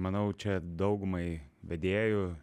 manau čia daugumai vedėjų